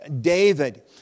David